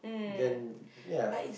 then yeah